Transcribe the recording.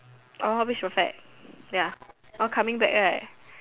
pitch perfect ya all coming back right